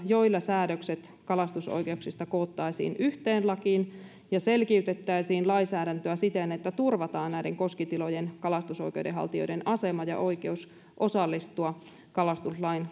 joilla säädökset kalastusoikeuksista koottaisiin yhteen lakiin ja selkiytettäisiin lainsäädäntöä siten että turvataan näiden koskitilojen kalastusoikeudenhaltijoiden asema ja oikeus osallistua kalastuslain